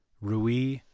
Rui